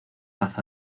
paz